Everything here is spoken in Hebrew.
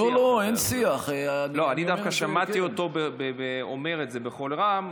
אני דווקא שמעתי אותו בנשיאות הכנסת,